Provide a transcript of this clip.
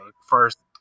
first